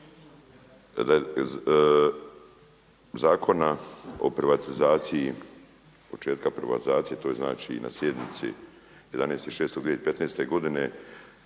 zakona o privatizaciji, početka privatizacije to je znači na sjednici 11.6.2015. godine